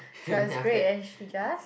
she was great and she just